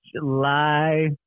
July